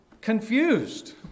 confused